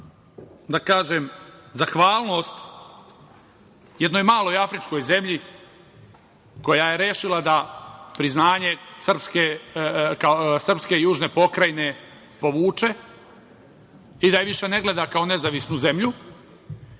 diplomatska zahvalnost jednoj maloj afričkoj zemlji koja je rešila da priznanje srpske južne pokrajine povuče i da je više ne gleda kao nezavisnu zemlju